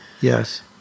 Yes